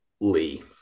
Lee